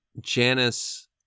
janice